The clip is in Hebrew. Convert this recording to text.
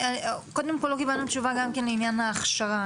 קודם כל לא קיבלנו תשובה גם בעניין ההכשרה,